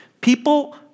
People